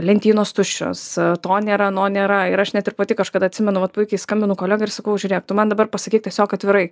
lentynos tuščios to nėra ano nėra ir aš net ir pati kažkada atsimenu vat puikiai skambinu kolegai ir sakau žiūrėk tu man dabar pasakyk tiesiog atvirai